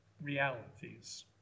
realities